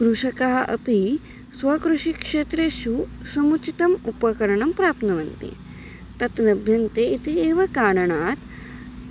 कृषकाः अपि स्वकृषिक्षेत्रेषु समुचितम् उपकरणं प्राप्नुवन्ति तत् लभ्यन्ते इति एव कारणात्